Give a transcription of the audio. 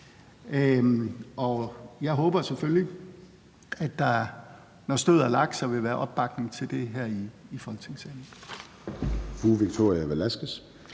jeg håber selvfølgelig, at der, når støvet har lagt sig, vil være opbakning til det her i Folketingssalen.